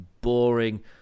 boring